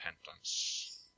repentance